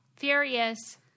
furious